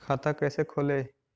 खाता कैसे खोले?